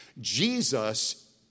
Jesus